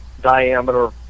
diameter